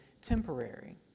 temporary